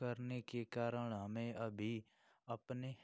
करने के कारण हमें अभी अपने